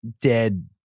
dead